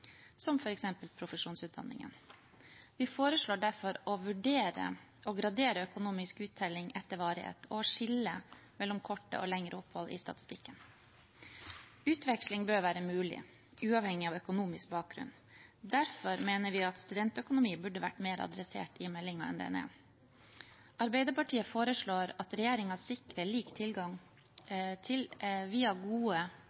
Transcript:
som f.eks. profesjonsutdanningene. Vi foreslår derfor å vurdere å gradere økonomisk uttelling etter varighet og å skille mellom korte og lengre opphold i statistikken. Utveksling bør være mulig, uavhengig av økonomisk bakgrunn. Derfor mener vi at studentøkonomi burde vært mer adressert i meldingen enn det er. Arbeiderpartiet foreslår at regjeringen sikrer lik tilgang via gode